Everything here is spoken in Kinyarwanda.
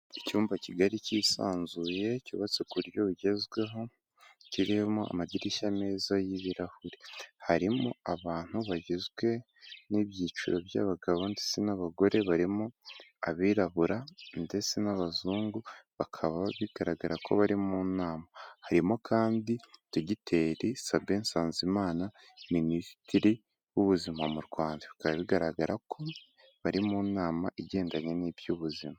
Icyumba kigari cyisanzuye cyubatse ku buryo bugezweho, kirimo amadirishya meza y'ibirahure. Harimo abantu bagizwe n'ibyiciro by'abagabo ndetse n'abagore, barimo abirabura ndetse n'abazungu, bakaba bigaragara ko bari mu nama. Harimo kandi Dogiteri Sabin Nsanzimana Minisitiri w'Ubuzima mu Rwanda. Bikaba bigaragara ko bari mu nama igendanye n'iby'ubuzima.